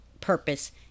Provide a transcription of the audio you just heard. purpose